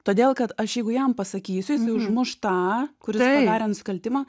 todėl kad aš jeigu jam pasakysiu jisai užmuš tą kuris padarė nusikaltimą